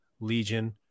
Legion